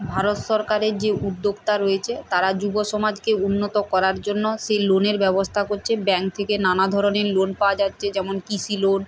ভারত সরকারের যে উদ্যোক্তা রয়েছে তারা যুব সমাজকে উন্নত করার জন্য সে লোনের ব্যবস্থা করছে ব্যাঙ্ক থেকে নানা ধরনের লোন পাওয়া যাচ্ছে যেমন কৃষি লোন